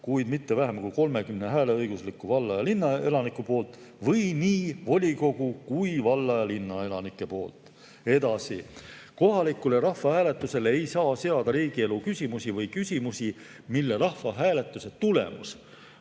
kuid mitte vähem kui 30 hääleõigusliku valla‑ ja linnaelaniku poolt või nii volikogu kui ka valla‑ ja linnaelanike poolt. Edasi. Kohalikule rahvahääletusele ei saa seada riigielu küsimusi või küsimusi, mille rahvahääletuse tulemus